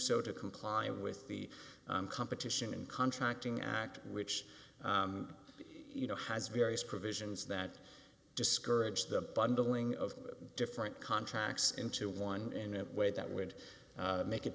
so to comply with the competition and contracting act which you know has various provisions that discourage the bundling of different contracts into one in a way that would make it